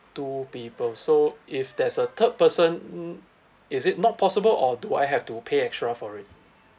two people so if there's a third person is it not possible or do I have to pay extra for it